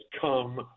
come